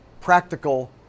practical